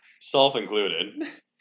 self-included